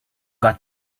got